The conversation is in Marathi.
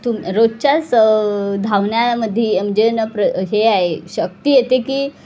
तुम रोजच्याच धावण्यामध्ये म्हणजे न प्र हे आहे शक्ती येते की